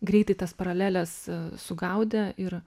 greitai tas paraleles sugaudė ir